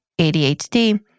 ADHD